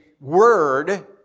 word